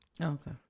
Okay